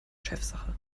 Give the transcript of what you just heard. chefsache